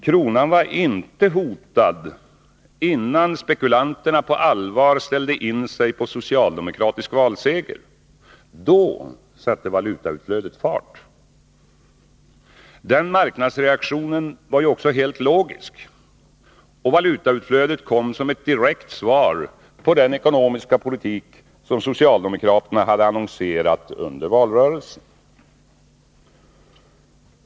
Kronan var inte hotad innan spekulanterna på allvar ställde in sig på socialdemokratisk valseger. Då satte valutautflödet fart. Den marknadsreaktionen var också helt logisk. Valutautflödet kom som ett direkt svar på den ekonomiska politik som socialdemokraterna hade annonserat under valrörelsen.